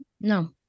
No